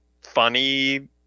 funny